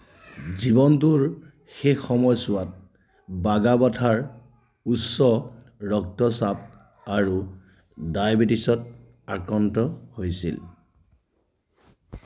জীৱনটোৰ শেষ সময়ছোৱাত বাগাবথাৰ উচ্চ ৰক্তচাপ আৰু ডায়বেটিছত আক্ৰান্ত হৈছিল